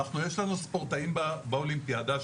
יש לנו ספורטאים באולימפיאדה.